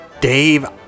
Dave